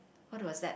what was that